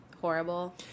horrible